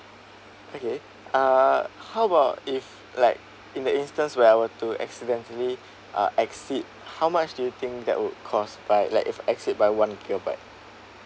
ah how about if like in the instance where I were to accidentally uh exceed how much do you think that would cost by like if I exceed by one gigabyte